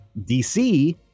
DC